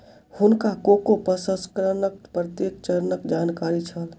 हुनका कोको प्रसंस्करणक प्रत्येक चरणक जानकारी छल